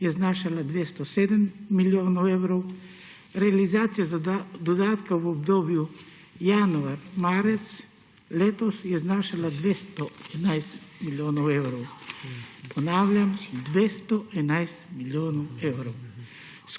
je znašala 207 milijonov evrov, realizacija dodatka v obdobju januar‒marec letos je znašala 211 milijonov evrov. Ponavljam, 211 milijonov evrov!